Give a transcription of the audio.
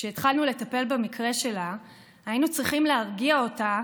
כשהתחלנו לטפל במקרה שלה היינו צריכים להרגיע אותה,